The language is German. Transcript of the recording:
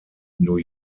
new